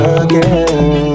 again